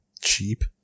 cheap